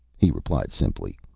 he replied, simply.